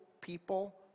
people